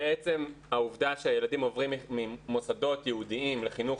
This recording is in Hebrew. בעצם העובדה שהילדים עוברים ממוסדות ייעודיים לחינוך